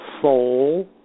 soul